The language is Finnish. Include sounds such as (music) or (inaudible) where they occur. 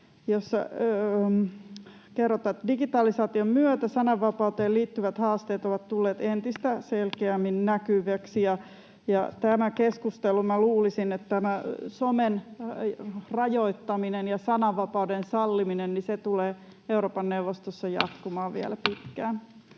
”Digitalisaation myötä sananvapauteen liittyvät haasteet ovat tulleet entistä selkeämmin näkyviksi.” Luulisin, että tämä keskustelu somen rajoittamisesta ja sananvapauden sallimisesta (noise) tulee Euroopan neuvostossa jatkumaan vielä pitkään.